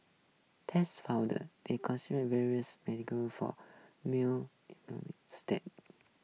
tests found various medical for male